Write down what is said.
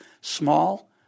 Small